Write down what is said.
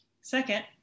Second